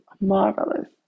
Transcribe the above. marvelous